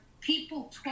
people